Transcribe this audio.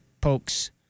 Pokes